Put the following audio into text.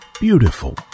beautiful